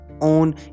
own